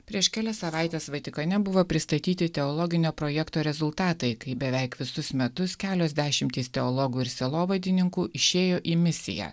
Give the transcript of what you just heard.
prieš kelias savaites vatikane buvo pristatyti teologinio projekto rezultatai kai beveik visus metus kelios dešimtys teologų ir sielovadininkų išėjo į misiją